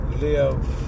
live